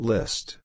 List